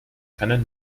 keinen